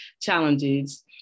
challenges